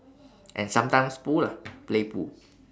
and sometimes pool lah play pool